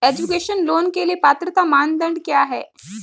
Education loan के लिए पात्रता मानदंड क्या है?